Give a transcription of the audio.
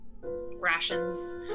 rations